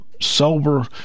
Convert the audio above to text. sober